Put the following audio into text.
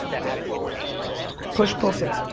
pull sales. push pull sales.